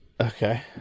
Okay